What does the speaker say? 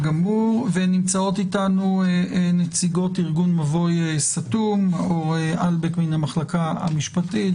ונמצאות איתנו נציגות ארגון מבוי סתום מאור אלבק מן המחלקה המשפטית,